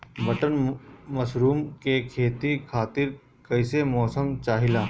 Button mushroom के खेती खातिर कईसे मौसम चाहिला?